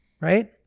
right